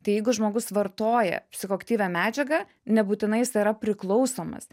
tai jeigu žmogus vartoja psichoaktyvią medžiagą nebūtinai jisai yra priklausomas